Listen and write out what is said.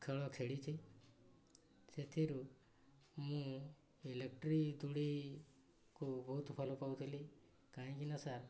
ଖେଳ ଖେଳିଛି ସେଥିରୁ ମୁଁ ଇଲେକ୍ଟ୍ରି ଦୋଳିକୁ ବହୁତ ଭଲ ପାଉଥିଲି କାହିଁକିନା ସାର୍